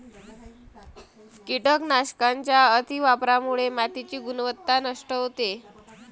कीटकनाशकांच्या अतिवापरामुळे मातीची गुणवत्ता नष्ट होते